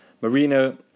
Marino